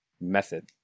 method